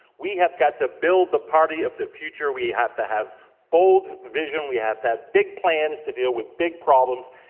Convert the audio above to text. we have got to build the party of the future. we have to have bold vision. we have to have big plans to deal with big problems.